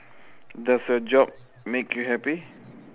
does your job make you happy